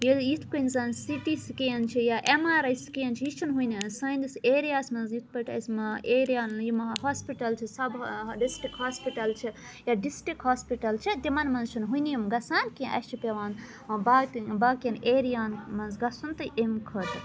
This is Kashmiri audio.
ییٚلہِ یِتھ کٔنۍ زَن سِٹی سِکین چھِ یا ایم آر آی سکین چھِ یہِ چھُ نہٕ وٕنہِ سٲنِس ایریاہَس منٛز یِتھ پٲٹھۍ اَسہِ ما ایریاہَن یِم ہا ہاسپِٹَل چھِ سَب ڈِسٹرک ہاسپِٹَل چھِ یا ڈِسٹرک ہاسپِٹَل چھِ تِمَن مَنٛز چھُنہٕ ونہ یِم گَژھان کینٛہہ اَسہِ چھِ پیٚوان باقٕیَن باقیَن ایریاہَن منٛز گَژھُن تہٕ امہِ خٲطرٕ